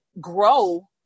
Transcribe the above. grow